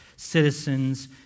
Citizens